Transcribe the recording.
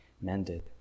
mended